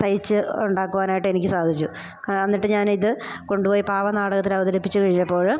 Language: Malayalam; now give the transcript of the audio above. തയ്ച്ച് ഉണ്ടാക്കുവാനായിട്ട് എനിക്ക് സാധിച്ചു എന്നിട്ട് ഞാനിത് കൊണ്ടുപോയി പാവനാടകത്തിൽ അവതരിപ്പിച്ച് കഴിഞ്ഞപ്പോൾ